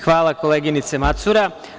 Hvala, koleginice Macura.